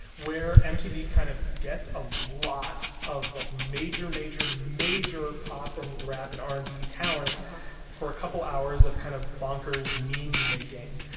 where mtv kind of gets a lot of like major, major, major pop and rap and r and b talent for a couple hours of kind of bonkers meme-making